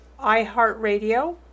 iHeartRadio